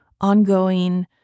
ongoing